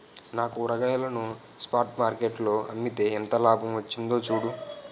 నా కూరగాయలను spot market లో అమ్మితే ఎంత లాభం వచ్చిందో చూడు